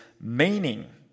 meaning